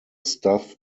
staff